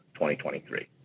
2023